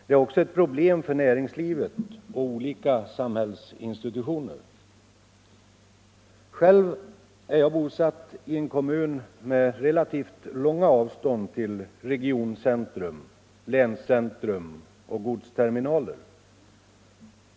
Det är också ett problem för näringslivet och olika samhällsinstitutioner. Själv är jag bosatt i en kommun med relativt långa avstånd till regioncentrum, länscentrum och godsterminaler.